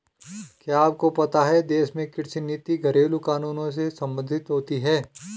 क्या आपको पता है देश में कृषि नीति घरेलु कानूनों से सम्बंधित होती है?